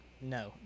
no